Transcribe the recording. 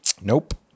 Nope